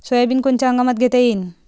Soybean कोनच्या हंगामात घेता येईन?